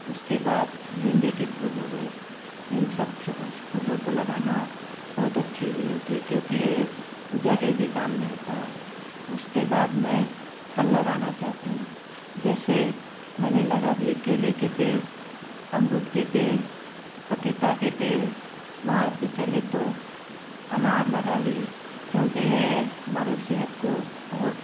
उसके बाद गेंदे के फूल हो गए इन सब फूलों को लगाना बहुत अच्छी चीज़ होती है क्योंकि यह पूजा के भी काम में आता है उसके बाद में फल लगाना चाहती हूँ जैसे मैंने लगा दिए केले के पेड़ अमरूद के पेड़ पपीता के पेड़ वहाँ से चले तो अनार लगा ली क्योंकि यह हमारे सेहत को बहुत